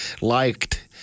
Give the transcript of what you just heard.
liked